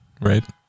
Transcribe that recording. right